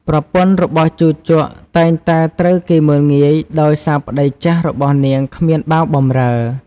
ប្រពន្ធរបស់ជូជកតែងតែត្រូវគេមើលងាយដោយសារប្តីចាស់របស់នាងគ្មានបាវបំរើ។